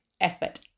effort